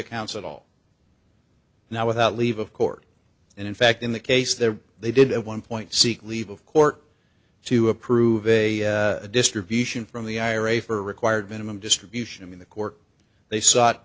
accounts at all now without leave of court and in fact in the case that they did at one point seek leave of court to approve a distribution from the ira for required minimum distribution in the court they s